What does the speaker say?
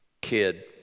kid